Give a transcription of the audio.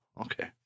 Okay